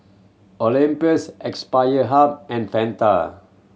Olympus Aspire Hub and Fanta